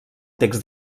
text